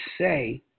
say